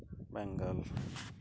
Bengal